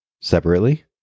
Separately